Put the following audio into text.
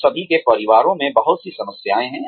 हम सभी के परिवारों में बहुत सी समस्याएं हैं